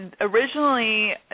originally